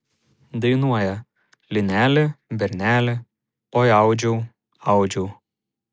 dainuoja lineli berneli oi audžiau audžiau